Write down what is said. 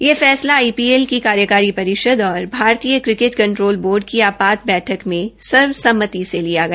यह फैसला आईपीएल के कार्यकारी परिषद और भारतीय क्रिकेट कंट्रोल बोर्ड की आपात बैठक में सर्वसम्मति से लिया गया